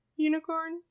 Unicorn